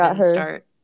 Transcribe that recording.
start